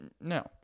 No